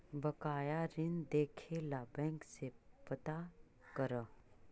बकाया ऋण देखे ला बैंक से पता करअ